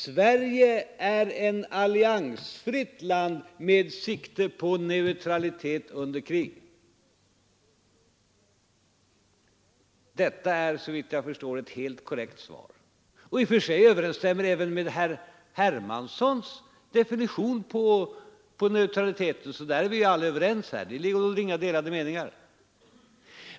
Sverige är ett alliansfritt land med sikte på neutralitet under krig. Detta är såvitt jag förstår ett helt korrekt svar, och det överensstämmer i och för sig också med herr Hermanssons definition på neutralitet. Där är vi sålunda alla överens. Det råder inga delade meningar i det fallet.